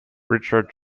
richard